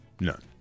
None